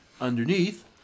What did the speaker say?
underneath